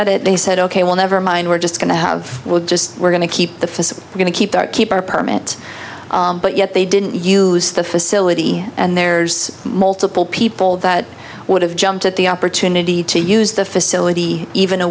at it they said ok well never mind we're just going to have just we're going to keep the we're going to keep keep our permit but yet they didn't use the facility and there's multiple people that would have jumped at the opportunity to use the facility even a